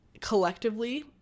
collectively